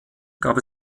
gab